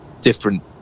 different